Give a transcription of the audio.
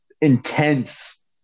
intense